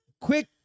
Quick